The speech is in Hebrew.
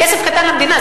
כסף קטן למדינה,